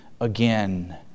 again